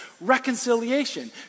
reconciliation